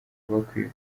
bakwiye